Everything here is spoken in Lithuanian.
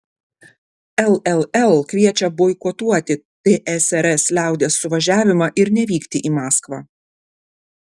lll kviečia boikotuoti tsrs liaudies suvažiavimą ir nevykti į maskvą